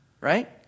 Right